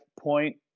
point